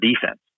defense